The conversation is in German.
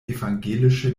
evangelische